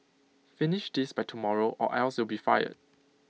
finish this by tomorrow or else you'll be fired